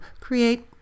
create